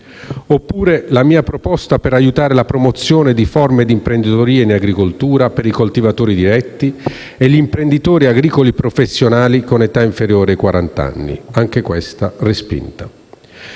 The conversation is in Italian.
Oppure la mia proposta per sostenere la promozione di forme di imprenditoria in agricoltura, per i coltivatori diretti e gli imprenditori agricoli professionali con età inferiore ai quarant'anni, anch'essa respinta.